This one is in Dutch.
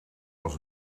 was